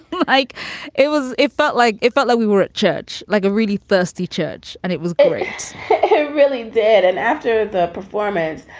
but like it was. it felt like it felt like we were at church like a really thirsty church and it was great. it really did. and after the performance,